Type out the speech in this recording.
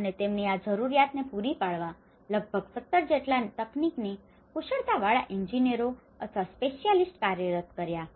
અને તેમની આ જરૂરિયાતને પૂરી પાડવા લગભગ 17 જેટલા તકનીકી કુશળતા વાળા એંજીનિયરો અથવા સ્પેશિયાલિસ્ટ કાર્યરત કર્યા